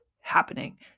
happening